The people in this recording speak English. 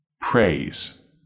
praise